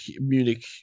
Munich